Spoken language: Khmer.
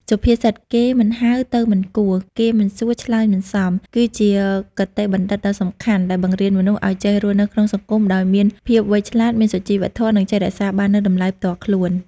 សុភាសិត «គេមិនហៅ ទៅមិនគួរ គេមិនសួរ ឆ្លើយមិនសម» គឺជាគតិបណ្ឌិតដ៏សំខាន់ដែលបង្រៀនមនុស្សឲ្យចេះរស់នៅក្នុងសង្គមដោយមានភាពវៃឆ្លាត មានសុជីវធម៌ និងចេះរក្សាបាននូវតម្លៃផ្ទាល់ខ្លួន។